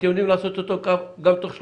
אתם יודעים לעשות אותו גם תוך שלושה,